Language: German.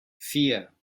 vier